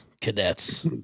cadets